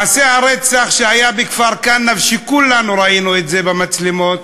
מעשה הרצח שהיה בכפר-כנא, שכולנו ראינו במצלמות,